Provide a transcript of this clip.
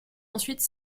ensuite